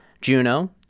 Juno